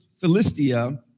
Philistia